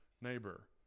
neighbor